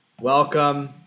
Welcome